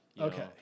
okay